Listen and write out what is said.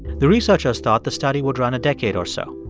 the researchers thought the study would run a decade or so.